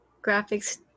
graphics